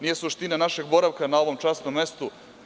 Nije suština našeg boravka na ovom časnom mestu.